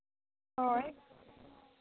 ᱦᱳᱭ